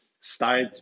start